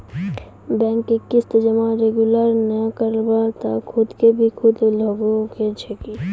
Bank के किस्त जमा रेगुलर नै करला पर सुद के भी सुद लागै छै कि?